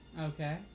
Okay